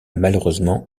malheureusement